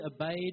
obeyed